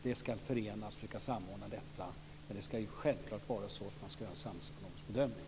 De ska förenas. Vi ska försöka samordna detta, men man ska självklart göra en samhällsekonomisk bedömning.